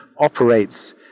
operates